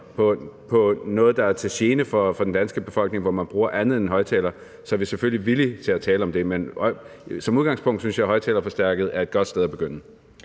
på noget, der er til gene for den danske befolkning, hvor man bruger andet end en højtaler, er vi selvfølgelig villige til at tale om det. Men som udgangspunkt synes jeg, at højtalerforstærket kald er et godt sted at begynde.